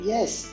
Yes